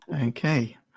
Okay